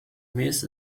miss